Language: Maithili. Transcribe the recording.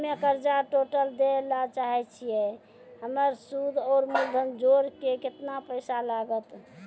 हम्मे कर्जा टोटल दे ला चाहे छी हमर सुद और मूलधन जोर के केतना पैसा लागत?